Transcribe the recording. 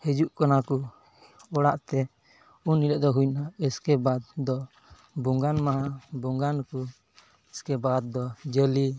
ᱦᱤᱡᱩᱜ ᱠᱟᱱᱟ ᱠᱚ ᱚᱲᱟᱜᱼᱛᱮ ᱩᱱ ᱦᱤᱞᱳᱜ ᱫᱚ ᱦᱩᱭᱱᱟ ᱩᱥᱠᱮ ᱵᱟᱫ ᱫᱚ ᱵᱚᱸᱜᱟᱱ ᱢᱟᱦᱟ ᱵᱚᱸᱜᱟᱱ ᱟᱠᱚ ᱩᱥᱠᱮ ᱵᱟᱫ ᱫᱚ ᱡᱟᱞᱮ